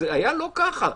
זה היה לא ככה.